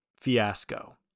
fiasco